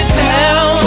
tell